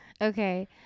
okay